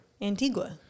Antigua